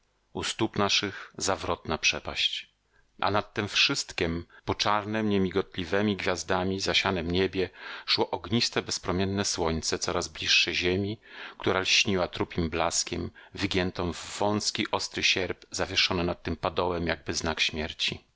u stóp naszych zawrotna przepaść a nad tem wszystkiem po czarnem niemigotliwemi gwiazdami zasianem niebie szło ogniste bezpromienne słońce coraz bliższe ziemi która lśniła trupim blaskiem wygięta w wązki ostry sierp zawieszony nad tym padołem jakby znak śmierci